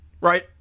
Right